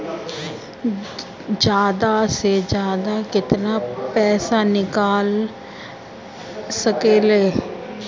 जादा से जादा कितना पैसा निकाल सकईले?